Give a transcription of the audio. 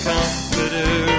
Comforter